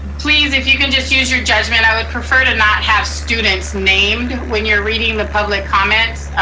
please if you can just use your judgment, i would prefer to not have students named when you're reading the public comments.